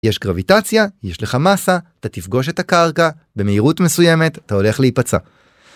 יש גרביטציה, יש לך מסה, אתה תפגוש את הקרקע, במהירות מסוימת אתה הולך להיפצע